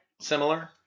similar